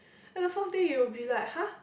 then the fourth day you'll be like !huh!